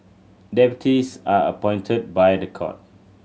deputies are appointed by the court